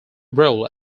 role